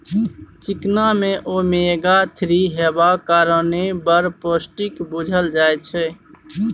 चिकना मे omega three हेबाक कारणेँ बड़ पौष्टिक बुझल जाइ छै